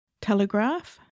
Telegraph